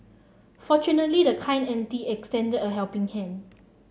fortunately the kind auntie extended a helping hand